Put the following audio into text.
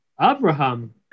Abraham